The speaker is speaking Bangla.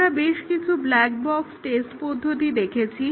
আমরা বেশ কিছু ব্ল্যাক বক্স টেস্ট পদ্ধতি দেখেছি